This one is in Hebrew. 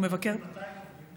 מתי הם עוברים?